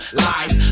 life